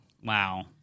Wow